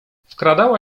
wkradała